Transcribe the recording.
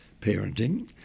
parenting